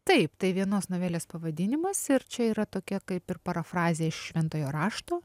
taip tai vienos novelės pavadinimas ir čia yra tokia kaip ir parafrazė iš šventojo rašto